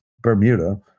Bermuda